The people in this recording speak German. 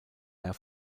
air